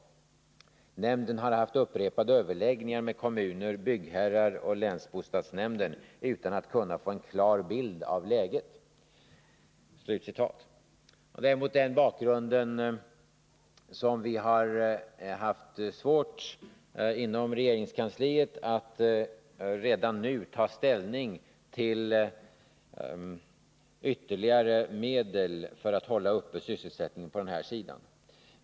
Nämnden har haft upprepade överläggningar med kommuner, byggherrar och länsbostadsnämnden utan att kunna få en klar bild av läget.” Inom regeringskansliet har vi mot denna bakgrund haft svårt att redan nu ta ställning beträffande ytterligare medel för att hålla uppe sysselsättningen på den här sidan.